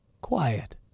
Quiet